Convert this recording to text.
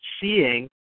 seeing